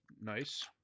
Nice